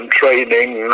training